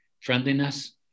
friendliness